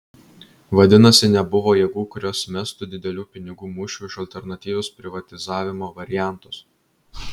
vadinasi nebuvo jėgų kurios mestų didelių pinigų mūšiui už alternatyvius privatizavimo variantus